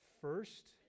First